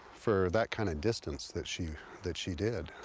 for that kind of distance that she that she did.